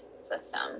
system